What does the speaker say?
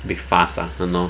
a bit fast ah who know